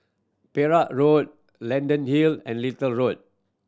Perak Road Leyden Hill and Little Road